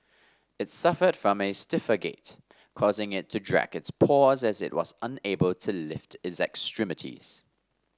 its suffered from a stiffer gait causing it to drag its paws as it was unable to lift its extremities